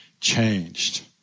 changed